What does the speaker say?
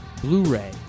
Blu-ray